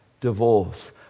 divorce